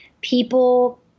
people